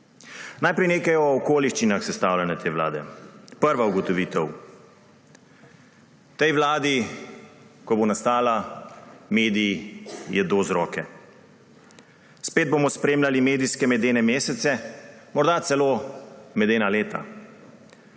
Najprej nekaj o okoliščinah sestavljanja te vlade. Prva ugotovitev. Tej vladi, ko bo nastala, mediji jedo z roke. Spet bomo spremljali medijske medene mesece, morda celo medena leta.